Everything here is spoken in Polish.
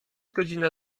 godzina